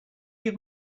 give